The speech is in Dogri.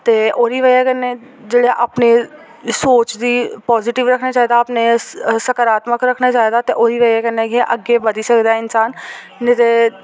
ते ओह्दी वजह् कन्नै जेह्ड़ा अपने सोच दी पाजिटव रक्खना चाहि्दा अपने सकारात्मक रक्खना चाहि्दा ते ओह्दी वजह् कन्नै गै अग्गै बधी सकदा इंसान नेईं ते